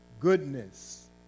Goodness